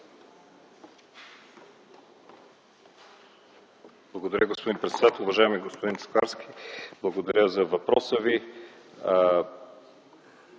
Благодаря, господин председател. Уважаеми господин Чукарски, благодаря за въпроса Ви.